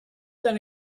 then